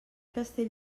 castell